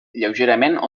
lleugerament